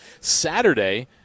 Saturday